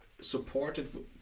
supported